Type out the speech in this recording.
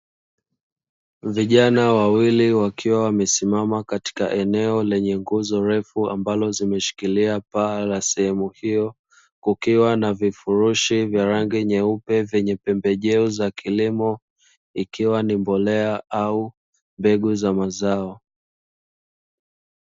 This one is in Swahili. Vijana wawili wakiwa wamesimama katika eneo lenye nguzo refu ambalo limeshikilia paa la sehemu hiyo, kukiwa na vifurushi ya rangi nyeupe vyenye pembejeo za kilimo, ikiwa ni mbolea au mbegu za mazao.